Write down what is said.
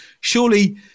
surely